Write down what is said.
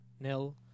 nil